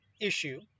issue